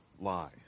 lies